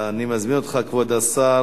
אני מזמין אותך, כבוד השר,